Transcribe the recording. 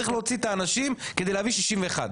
צריך להוציא את האנשים כדי להביא 61,